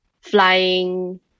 flying